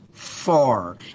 Far